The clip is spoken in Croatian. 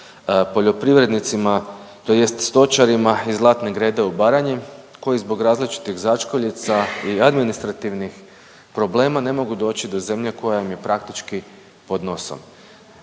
poljoprivrednicima tj. stočarima iz Zlatne Grede u Baranji koji zbog različitih začkuljica i administrativnih problema ne mogu doći do zemlje koja im je praktički pod nosom,